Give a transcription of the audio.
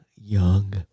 Young